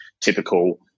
typical